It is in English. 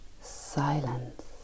silence